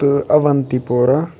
تہٕ اوَنتی پورہ